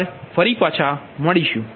આભાર ફરી પાછા મળીશુ